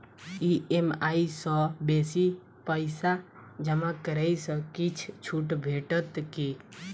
EMI सँ बेसी पैसा जमा करै सँ किछ छुट भेटत की?